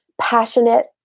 passionate